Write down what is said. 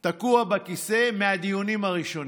בכיסא, מהדיונים הראשונים,